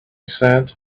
said